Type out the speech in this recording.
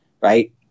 Right